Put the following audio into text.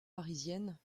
parisiennes